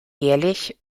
jährlich